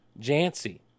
Jancy